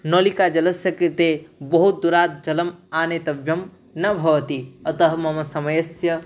नलिकायाः जलस्य कृते बहु दूरात् जलम् आनेतव्यं न भवति अतः मम समयस्य